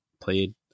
played